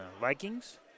Vikings